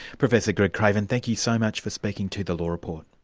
professor greg craven, thank you so much for speaking to the law report.